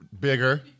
Bigger